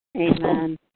Amen